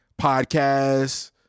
podcasts